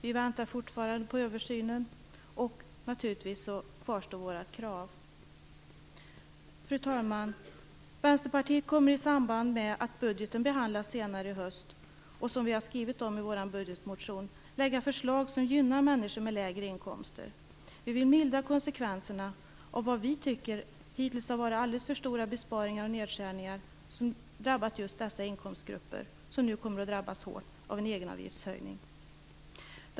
Vi väntar fortfarande på översynen, och naturligtvis kvarstår våra krav. Fru talman! Västerpartiet kommer i samband med att budgeten behandlas senare i höst, och som vi har skrivit om i vårt budgetförslag, att lägga fram förslag som gynnar människor med lägre inkomster. Vi vill mildra konsekvenserna av vad vi tycker hittills har varit alldeles för stora besparingar och nedskärningar som drabbat just dessa inkomstgrupper och som nu drabbas ännu hårdare av en egenavgiftshöjning.